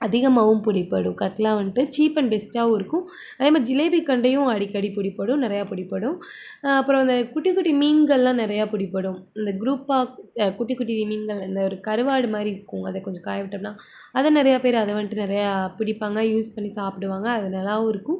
அதிகமாகவும் பிடிப்படும் கட்லா வந்துட்டு சீப் அண்ட் பெஸ்ட்டாகவும் இருக்கும் அதேமாதிரி ஜிலேபிகண்டையும் அடிக்கடி பிடிப்படும் நிறையா பிடிப்படும் அப்புறம் அந்த குட்டி குட்டி மீன்கள்லாம் நிறையா புடிப்படும் இந்த குரூப்பாக குட்டி குட்டி மீன்கள் இந்த ஒரு கருவாடு மாதிரி இருக்கும் அதை கொஞ்சம் காயவிட்டோம்னா அதை நிறையா பேர் அதை வந்துட்டு நிறையா பிடிப்பாங்க யூஸ் பண்ணி சாப்பிடுவாங்க அது நல்லாவும் இருக்கும்